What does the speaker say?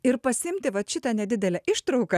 ir pasiimti vat šitą nedidelę ištrauką